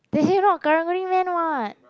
not Karang-Guni man [what]